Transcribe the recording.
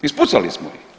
Ispucali smo ih.